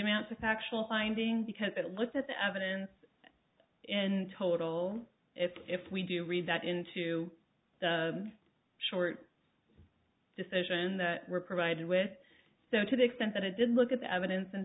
amount to factual findings because it looked at the evidence in total if we do read that into the short decision that were provided with so to the extent that i did look at the evidence